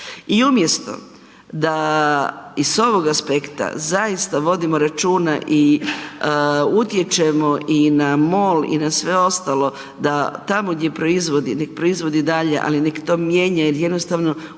I umjesto da i s ovog aspekta zaista vodimo računa i utječemo i na MOL i na sve ostalo da tamo gdje proizvodi, neka proizvodi dalje ali neka to mijenja jer jednostavno u jednom